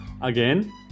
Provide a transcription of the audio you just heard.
again